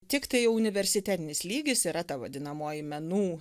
tiktai universitetinis lygis yra ta vadinamoji menų